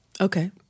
Okay